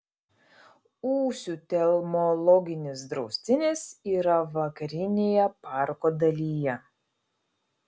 ūsių telmologinis draustinis yra vakarinėje parko dalyje